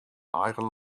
eigen